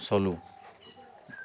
চলোঁ